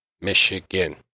Michigan